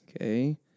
Okay